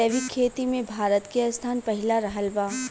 जैविक खेती मे भारत के स्थान पहिला रहल बा